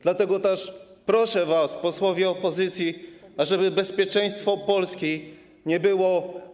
Dlatego też proszę was, posłowie opozycji, ażeby bezpieczeństwo Polski nie było.